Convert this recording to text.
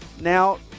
now